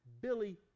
Billy